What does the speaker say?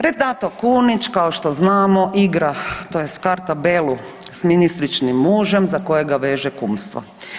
Renato Kunić kao što znamo igra tj. karta belu sa ministričinim mužem za kojega veže kumstvo.